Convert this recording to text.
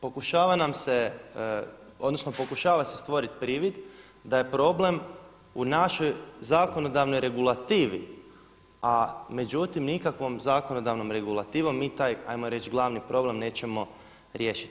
Pokušava nam se, odnosno pokušava se stvorit privid da je problem u našoj zakonodavnoj regulativi, a međutim nikakvom zakonodavnom regulativom mi taj hajmo reći glavni problem nećemo riješiti.